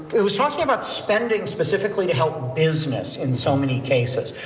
it was talking about spending specifically to help business in so many cases.